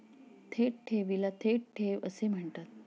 थेट ठेवीला थेट ठेव असे म्हणतात